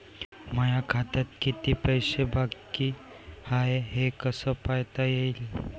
माया खात्यात कितीक पैसे बाकी हाय हे कस पायता येईन?